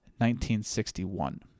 1961